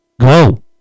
go